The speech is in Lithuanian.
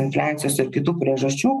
infliacijos ir kitų priežasčių